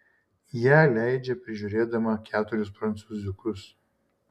ją leidžia prižiūrėdama keturis prancūziukus